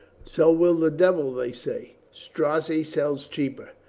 so will the devil, they say. strozzi sells cheaper.